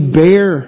bear